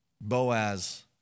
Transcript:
Boaz